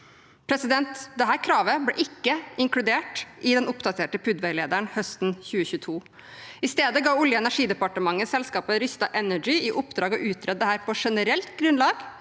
tas. Dette kravet ble ikke inkludert i den oppdaterte PUD-veilederen høsten 2022. I stedet ga Olje- og energidepartementet selskapet Rystad Energy i oppdrag å utrede dette på generelt grunnlag,